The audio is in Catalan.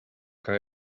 que